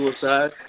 suicide